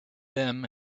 them